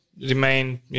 remain